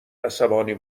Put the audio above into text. عصبانی